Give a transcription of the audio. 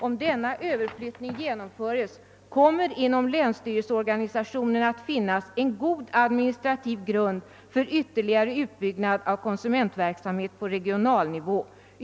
Om denna överflyttning genomföres kommer inom länsstyrelseorganisationen att finnas en god administrativ grund för ytterligare utbyggnad av konsumentverksamhet på regionalnivå.